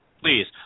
Please